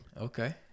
Okay